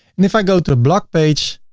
and if i go to a blog page,